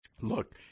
Look